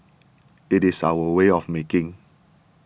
it is our way of making